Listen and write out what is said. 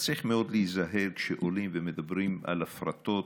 אבל צריך להיזהר מאוד כשעולים ומדברים על הפרטות.